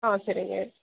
ஆ சரிங்க